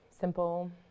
simple